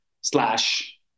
slash